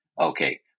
Okay